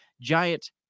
giant